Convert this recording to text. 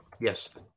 yes